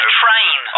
train